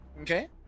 okay